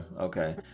okay